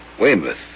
Weymouth